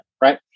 right